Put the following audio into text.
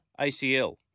ACL